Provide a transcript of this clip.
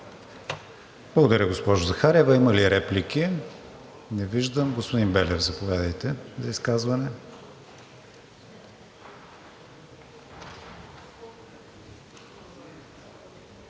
Благодаря, госпожо Захариева. Има ли реплики? Не виждам. Господин Белев, заповядайте за изказване.